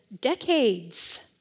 decades